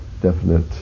definite